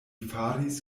faris